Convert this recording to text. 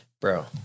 Bro